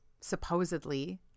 supposedly